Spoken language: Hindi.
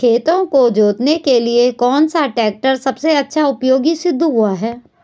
खेतों को जोतने के लिए कौन सा टैक्टर सबसे अच्छा उपयोगी सिद्ध हुआ है?